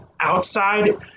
outside